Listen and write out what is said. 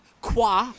Quoi